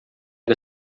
que